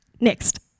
next